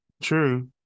True